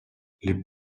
les